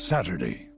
Saturday